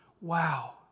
Wow